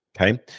Okay